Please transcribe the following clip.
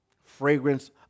fragrance